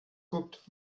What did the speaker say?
guckt